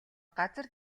газар